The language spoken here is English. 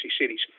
cities